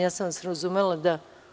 Ja sam vas razumela da.